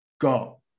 go